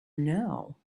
know